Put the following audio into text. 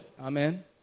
Amen